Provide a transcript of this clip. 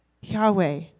Yahweh